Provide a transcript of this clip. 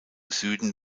süden